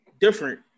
different